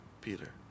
Peter